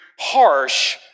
harsh